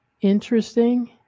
interesting